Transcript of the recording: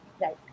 Right